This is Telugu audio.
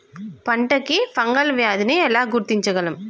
పంట కి ఫంగల్ వ్యాధి ని ఎలా గుర్తించగలం?